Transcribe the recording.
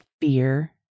fear